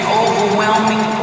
overwhelming